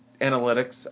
analytics